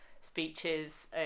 speeches